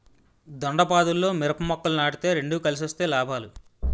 దొండపాదుల్లో మిరప మొక్కలు నాటితే రెండు కలిసొస్తే లాభాలు